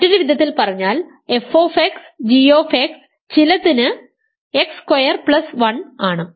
മറ്റൊരു വിധത്തിൽ പറഞ്ഞാൽ f g ചിലതിന് x സ്ക്വയർ പ്ലസ് 1 ആണ്